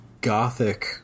gothic